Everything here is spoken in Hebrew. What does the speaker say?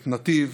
את נתיב,